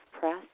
press